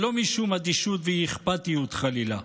לא משום אדישות ואי-אכפתיות, חלילה,